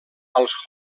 als